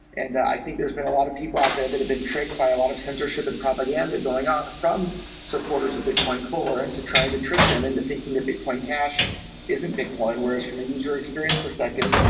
and i think there's been a lot of people out there that have been tricked by a lot of censorship and propaganda going on from supporters of bitcoin core into trying to trick them into thinking that bitcoin cash isn't bitcoin, whereas from a user experience perspective,